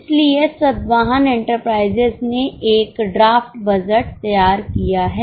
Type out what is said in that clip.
इसलिए SatVahan Enterprises ने एक ड्राफ्ट बजट तैयार किया हैं